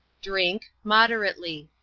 drink moderately,